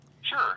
Sure